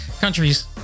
countries